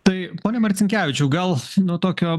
tai pone marcinkevičiau gal nuo tokio